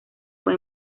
fue